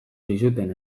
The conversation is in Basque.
zizuten